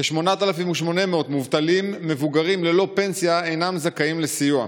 כ-8,800 מובטלים מבוגרים ללא פנסיה אינם זכאים לסיוע.